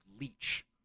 leech